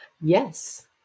Yes